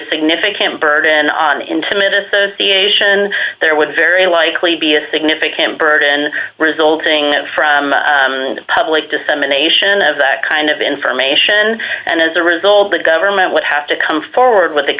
significant burden on intimate association there would very likely be a significant burden resulting from the public dissemination of that kind of information and as a result the government would have to come forward with